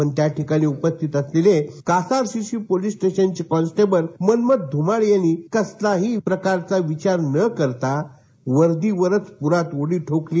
पण त्या ठिकाणी उपस्थित असलेले कासारशिरसी पोलिस स्टेशनचे कॉन्स्टेबल मन्मथ धुमाळ यांनी कसल्याही प्रकारचा विचार न करता वर्दी वरच पुरात उडी ठोकली